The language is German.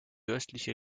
östliche